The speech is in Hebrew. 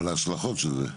וכל ההשלכות של זה.